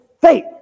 faith